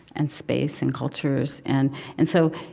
and space, and cultures. and and so,